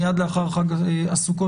מייד לאחר חג הסוכות,